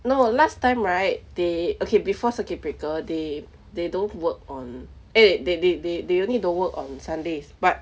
no last time right they okay before circuit breaker they they don't work on eh they they they they will need to work on sundays but